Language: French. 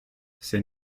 ses